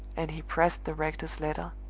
and he pressed the rector's letter,